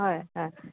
হয় হয়